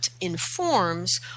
informs